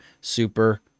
super